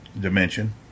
dimension